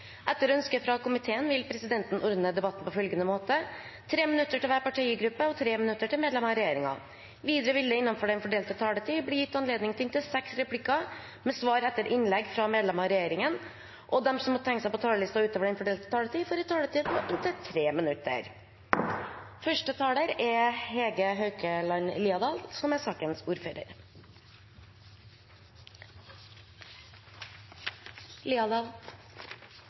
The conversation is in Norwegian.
Etter ønske fra helse- og omsorgskomiteen vil presidenten ordne debatten på følgende måte: 3 minutter til hver partigruppe og 3 minutter til medlemmer av regjeringen. Videre vil det – innenfor den fordelte taletid – bli gitt anledning til replikkordskifte på inntil seks replikker med svar etter innlegg fra medlemmer av regjeringen, og de som måtte tegne seg på talerlisten utover den fordelte taletid, får også en taletid på inntil 3 minutter. Jeg vil starte med å takke komiteen for et godt samarbeid. Det er